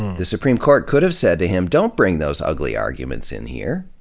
the supreme court could have said to him, don't bring those ugly arguments in here.